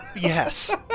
Yes